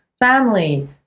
family